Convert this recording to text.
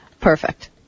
perfect